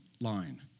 line